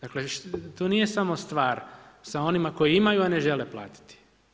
Dakle, tu nije samo stvar sa onima koji imaju, a ne žele platiti.